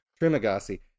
Trimagasi